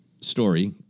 story